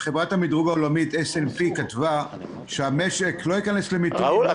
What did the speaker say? חברת המדרוג העולמי S&P כתבה שהמשק לא ייכנס --- ראול,